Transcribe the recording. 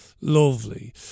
Lovely